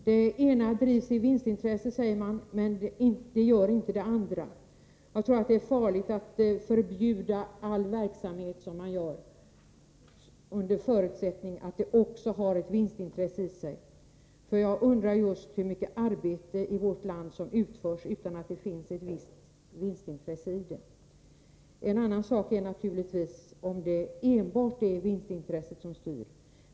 Det ena drivs med vinstintresse, säger man, men det gör inte det andra. Jag tror att det är farligt att, som man gör, förbjuda all verksamhet under förutsättning att det också finns ett vinstintresse'i den. Jag undrar just hur mycket arbete som utförs i vårt land utan att det finns ett visst vinstintresse. En annan sak är naturligtvis om det är enbart vinstintresset som styr.